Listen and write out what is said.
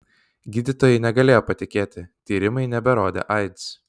gydytojai negalėjo patikėti tyrimai neberodė aids